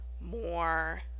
more